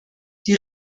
die